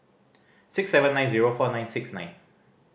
six seven nine zero four nine six nine